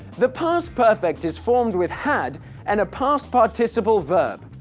the past perfect is formed with had and a past participle verb,